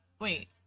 Wait